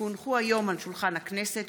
כי הונחו היום על שולחן הכנסת,